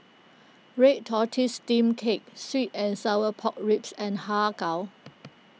Red Tortoise Steamed Cake Sweet and Sour Pork Ribs and Har Kow